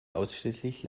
ausschließlich